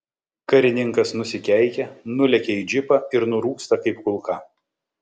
karininkas nusikeikia nulekia į džipą ir nurūksta kaip kulka